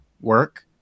work